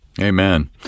Amen